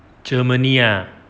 germany ah